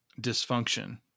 dysfunction